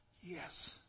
Yes